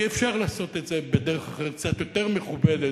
אפשר לעשות את זה בדרך אחרת, קצת יותר מכובדת,